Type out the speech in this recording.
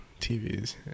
TVs